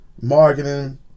marketing